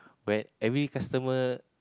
where every customer